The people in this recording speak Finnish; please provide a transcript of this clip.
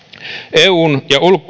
eun